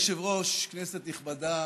אדוני היושב-ראש, כנסת נכבדה,